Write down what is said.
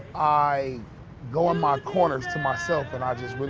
i go in my corners to myself and i just but